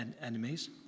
enemies